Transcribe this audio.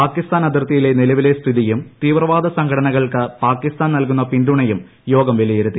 പാകിസ്ഥാൻ അതിർത്തിയിലെ നിലവിലെ സ്ഥിതിയും തീവ്രവാദ സംഘടനകൾക്ക് പാകിസ്ഥാൻ നൽകുന്ന പിന്തുണയും യോഗം വിലയിരുത്തി